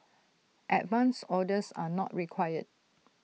advance orders are not required